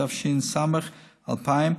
התש"ס 2000,